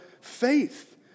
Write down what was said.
faith